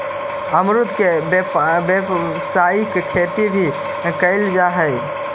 अमरुद के व्यावसायिक खेती भी कयल जा हई